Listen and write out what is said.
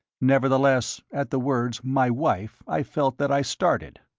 nevertheless, at the words my wife i felt that i started.